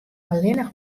allinne